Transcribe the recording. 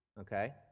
okay